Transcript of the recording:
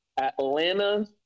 Atlanta